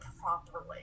properly